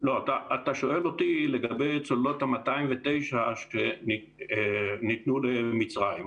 אתה שואל אותי לגבי צוללות ה-209 שניתנו למצרים.